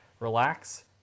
relax